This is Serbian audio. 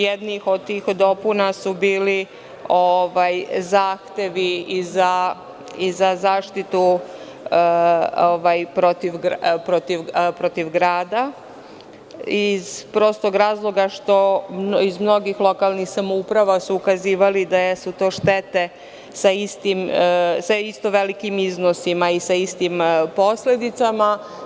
Jedna od tih dopuna je bila zahtev i za zaštitu protiv grada iz prostog razloga što su iz mnogih lokalnih samouprava ukazivali da su to štete sa velikim iznosima i istim posledicama.